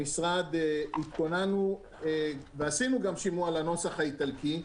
במשרד, התכוננו ועשינו גם שימוע לנוסח האיטלקי.